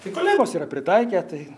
tai kolegos yra pritaikę tai